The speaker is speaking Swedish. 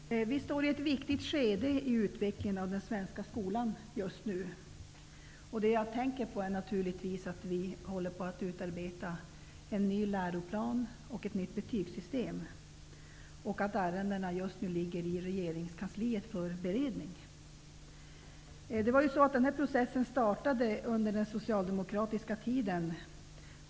Herr talman! Vi står just nu i ett viktigt skede i utvecklingen av den svenska skolan. Jag tänker naturligtvis på att vi håller på att utarbeta en ny läroplan och ett nytt betygssystem. Dessa ärenden ligger just nu i regeringskansliet för beredning. Den här processen startade under den socialdemokratiska tiden.